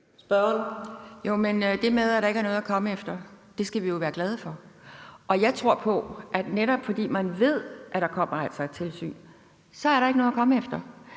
Det med, at der ikke er noget at komme efter, skal vi jo være glade for. Jeg tror på, at netop fordi man ved, der kommer et tilsyn, er der ikke noget at komme efter.